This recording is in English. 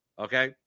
okay